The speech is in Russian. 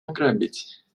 ограбить